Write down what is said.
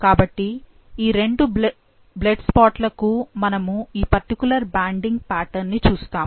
కాబట్టి ఈ రెండు బ్లడ్ స్పాట్ లకు మనము ఈ పర్టికులర్ బ్యాండింగ్ పాటర్న్ ని చూస్తాము